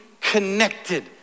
connected